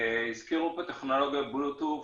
הזכירו פה טכנולוגיות Bluetooth.